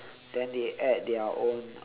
then they add their own uh